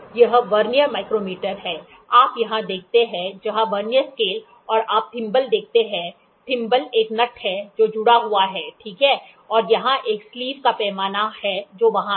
तो यह vernier micrometer है आप यहां देखते हैं जहां वर्नियर स्केल और आप थिंबल देखते हैं थिम्बल एक नट है जो जुड़ा हुआ है ठीक है और यहां एक स्लीव का पैमाना है जो वहां है